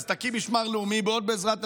אז תקים משמר לאומי ובעזרת השם,